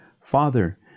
Father